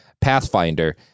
Pathfinder